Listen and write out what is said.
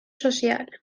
social